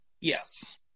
Yes